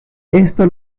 esto